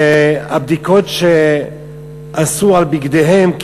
והבדיקות שעשו על בגדיהם,